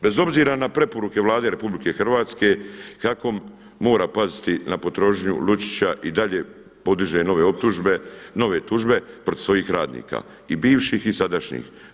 Bez obzira na preporuke Vlade RH HAKOM mora paziti na potrošnju Lučića i dalje podiže nove optužbe, nove tužbe protiv svojih radnika i bivših i sadašnjih.